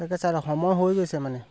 সময় হৈ গৈছে মানে